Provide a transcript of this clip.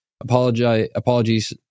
apologies